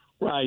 Right